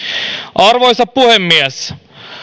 arvoisa puhemies